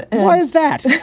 and why is that?